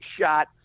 shot